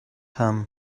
haben